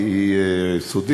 כי היא סודית,